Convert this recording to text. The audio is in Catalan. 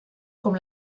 com